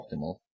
optimal